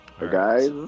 Guys